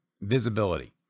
visibility